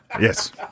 Yes